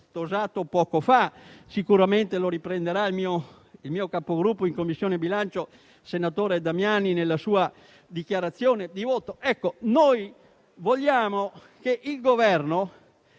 poco fa e sicuramente lo riprenderà il mio Capogruppo in Commissione bilancio, senatore Damiani, nella sua dichiarazione di voto. Noi vogliamo che il Governo